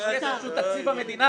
זה כסף שהוא מתקציב המדינה,